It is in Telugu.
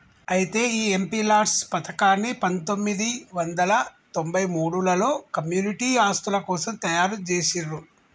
అయితే ఈ ఎంపీ లాట్స్ పథకాన్ని పందొమ్మిది వందల తొంభై మూడులలో కమ్యూనిటీ ఆస్తుల కోసం తయారు జేసిర్రు